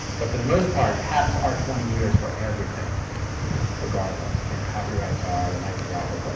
but for the most part, patents are twenty years for everything regardless, and copyrights are life of the author, but